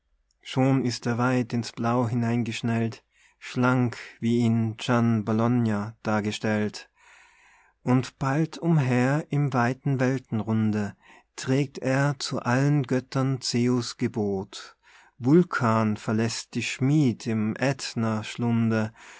schon ist er weit ins blau hineingeschnellt schlank wie ihn gian bologna dargestellt berühmtes sculpturwerk im florentiner museum und bald umher im weiten weltenrunde trägt er zu allen göttern zeus gebot vulcan verläßt die schmied im